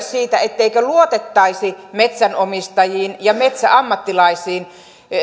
siitä etteikö luotettaisi metsänomistajiin ja metsäammattilaisiin